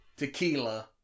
Tequila